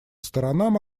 сторонам